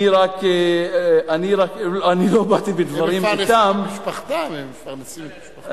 הם מפרנסים את משפחתם הם מפרנסים משפחה.